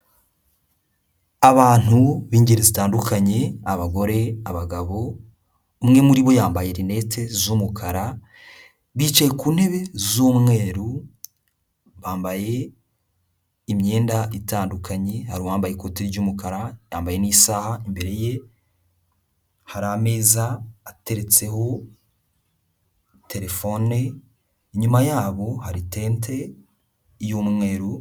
Abantu b'ingeri zitandukanye abagore, abagabo, umwe muri bo yambaye rinete z'umukara, bicaye ku ntebe z'umweru bambaye imyenda itandukanye, hari uwambaye ikoti ry'umukara yambaye n'isaha, imbere ye hari ameza ateretseho telefone, inyuma yabo hari tente y'umweru.